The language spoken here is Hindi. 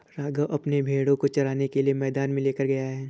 राघव अपने भेड़ों को चराने के लिए मैदान में लेकर गया है